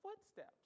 footsteps